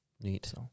Neat